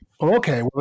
Okay